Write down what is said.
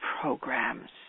programs